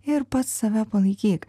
ir pats save palaikyk